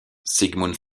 sigmund